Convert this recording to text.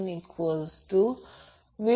तर सर्वात जवळचे मूल्य फक्त 2 Ω आहे कारण ते 0